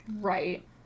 Right